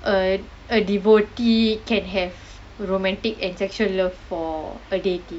uh uh a devotee can have romantic and sexual love for a deity